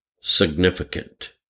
significant